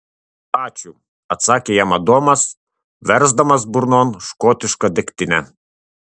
ačiū atsakė jam adomas versdamas burnon škotišką degtinę